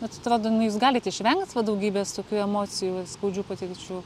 bet atrodo nu jūs galit išvengt va daugybės tokių emocijų ir skaudžių patirčių